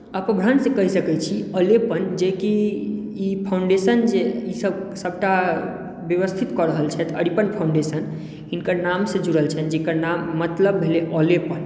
अपभ्रंश कहि सकैत छी अलेपन जे कि ई फाउन्डेशन जे ई सभ सभटा व्यवस्थित कऽ रहल छथि अरिपन फाउन्डेशन हिनकर नामसँ जुड़ल छनि जकर नाम जकर मतलब भेलै अलेपन